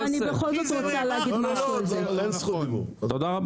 אין זכות דיבור.